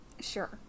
Sure